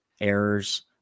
errors